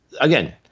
again